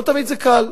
לא תמיד זה קל.